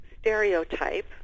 stereotype